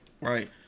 Right